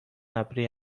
ابری